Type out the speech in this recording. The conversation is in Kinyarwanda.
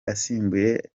asimbuye